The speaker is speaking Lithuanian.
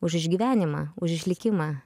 už išgyvenimą už išlikimą